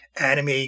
anime